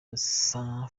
musa